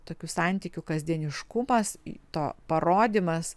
tokių santykių kasdieniškumas to parodymas